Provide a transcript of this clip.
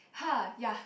!huh! ya